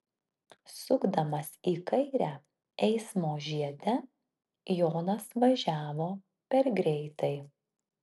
sukdamas į kairę eismo žiede jonas važiavo per greitai